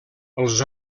els